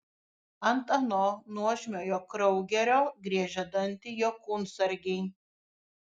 ant ano nuožmiojo kraugerio griežia dantį jo kūnsargiai